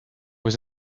was